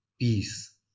peace